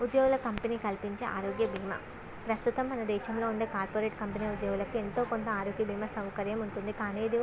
ఉద్యోగులకు కంపెనీ కల్పించే ఆరోగ్య భీమా ప్రస్తుతం మన దేశంలో ఉండే కార్పొరేట్ కంపెనీ ఉద్యోగులకు ఎంతో కొంత ఆరోగ్య భీమా సౌకర్యం ఉంటుంది కానీ ఇది